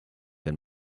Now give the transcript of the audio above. and